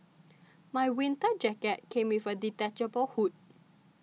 my winter jacket came with a detachable hood